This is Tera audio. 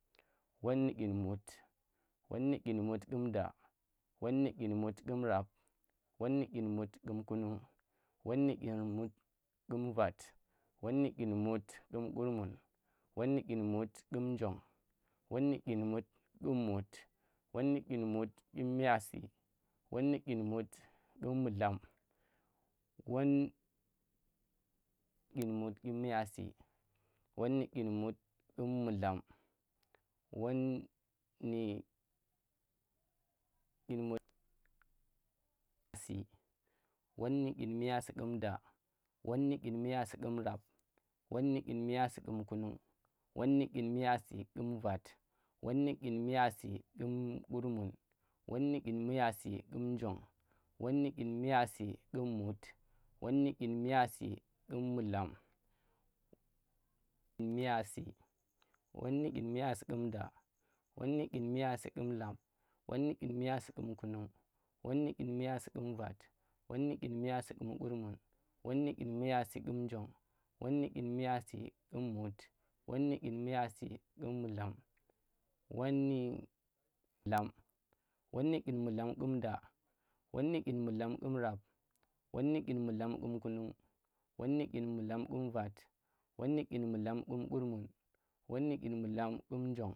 Won nu dyin mut, won nu dyin mut ƙum da, won nu dyin mut ƙum rab, won nu dyin mut ƙum kunung, won nu dyin mut kum vat, won nu dyin mut kum kurmun, won nu dyin mut ƙum njong, won nu dyin mut ƙum mut, won nu dyin mut ƙum miyasi, won nu dyin mut kum mullam, won- won nu dyin mut won ndu dyin miyasi ƙum da, won ndu dyin miyasi ƙum rab, won ndu dyin miyasi ƙum kunun, won nu dyin miyasi ƙum vat, won nu dyin miyasi ƙum kurmun, won nu dyin miyasi ƙum njong, won nu dyin miyasi ƙum mut, won ndu dyin miyasi ƙum mullam, won nu llam, won nu dyin mullam ƙum da, won nu dyin mullam ƙum rab, won nu dyin mullam ƙum kunung, won nu dyin mullam ƙum vat, won nu dyin mullam ƙum kurmun won nu dyin mullam ƙum njong